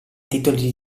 titoli